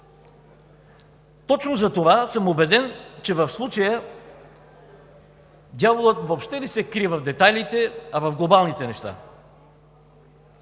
Точно затова съм убеден, че в случая дяволът въобще не се крие в детайлите, а в глобалните неща,